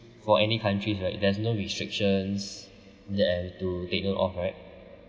for any countries right there's no restrictions there to take note of right